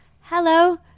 Hello